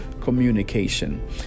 communication